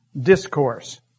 Discourse